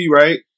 right